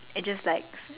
it just like